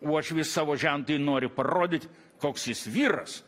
uošvis savo žentui nori parodyt koks jis vyras